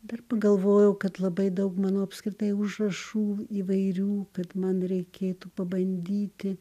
dar pagalvojau kad labai daug mano apskritai užrašų įvairių kad man reikėtų pabandyti